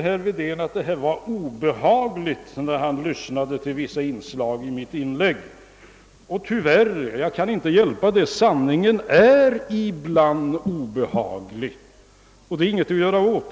Herr Wedén tyckte att vissa inslag i mitt inlägg var obehagliga. Tyvärr — jag kan inte hjälpa det är sanningen ibland obehaglig, och det är inget att göra åt.